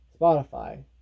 Spotify